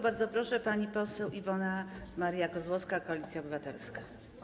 Bardzo proszę, pani poseł Iwona Maria Kozłowska, Koalicja Obywatelska.